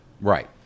Right